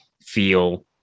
feel